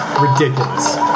ridiculous